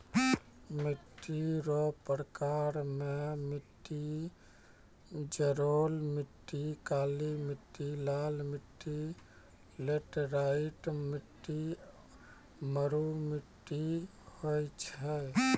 मिट्टी रो प्रकार मे मट्टी जड़ोल मट्टी, काली मट्टी, लाल मट्टी, लैटराईट मट्टी, मरु मट्टी होय छै